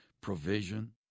provision